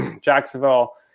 Jacksonville